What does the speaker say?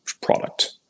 product